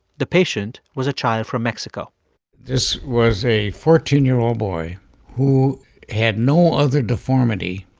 the patient was a child from mexico this was a fourteen year old boy who had no other deformity